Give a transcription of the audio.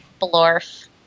Blorf